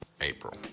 April